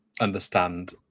understand